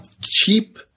cheap